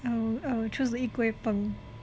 I will will choose to eat kway peng